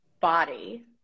body